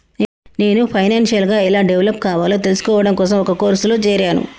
నేను ఫైనాన్షియల్ గా ఎలా డెవలప్ కావాలో తెల్సుకోడం కోసం ఒక కోర్సులో జేరాను